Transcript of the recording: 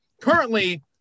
currently